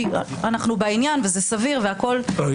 כי אנחנו בעניין וזה סביר --- לא.